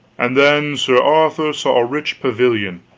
and then sir arthur saw a rich pavilion.